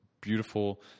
beautiful